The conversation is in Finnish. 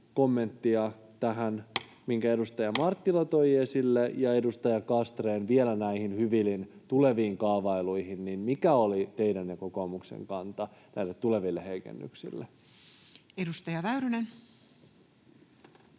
kommenttia tähän, minkä edustaja Marttila toi esille, näihin Hyvilin tuleviin kaavailuihin. Mikä oli teidän kantanne ja kokoomuksen kanta näihin tuleviin heikennyksiin? Edustaja Väyrynen.